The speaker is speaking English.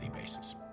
basis